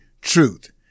truth